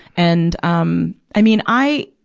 and, um, i mean, i,